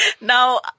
Now –